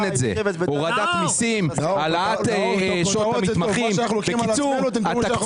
הורדת מסים, הורדת שעות המתמחים גם את זה אין.